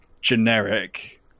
generic